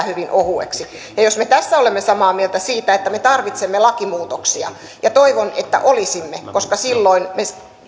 hyvin ohueksi ja jos me tässä olemme samaa mieltä siitä että me tarvitsemme lakimuutoksia ja toivon että olisimme niin silloin me